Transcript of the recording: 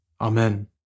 Amen